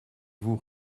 vous